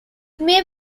may